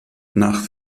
nach